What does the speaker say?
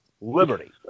liberty